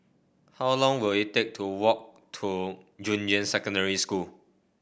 how long will it take to walk to Junyuan Secondary School